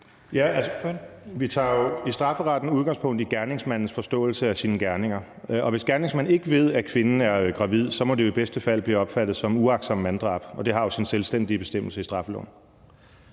(DF): Vi tager jo i strafferetten udgangspunkt i gerningsmandens forståelse af sine gerninger, og hvis gerningsmanden ikke ved, at kvinden er gravid, må det i bedste fald blive opfattet som uagtsomt manddrab, og det har jo sin selvstændige bestemmelse i straffeloven.